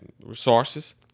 resources